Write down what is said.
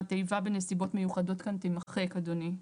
התיבה "בנסיבות מיוחדות" כאן תימחק אדוני.